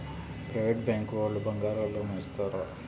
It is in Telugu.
ప్రైవేట్ బ్యాంకు వాళ్ళు బంగారం లోన్ ఇస్తారా?